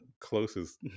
closest